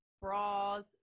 bras